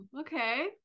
okay